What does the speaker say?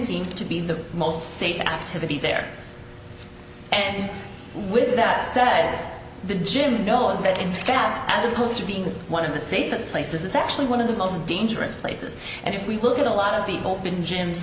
seemed to be the most state activity there and with that said at the gym knows that in fact as opposed to being one of the safest places it's actually one of the most dangerous places and if we look at a lot of the open gyms